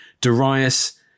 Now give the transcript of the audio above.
Darius